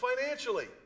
financially